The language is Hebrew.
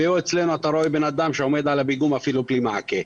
ואילו אצלנו אתה רואה אדם עומד על פיגום בלי מעקה.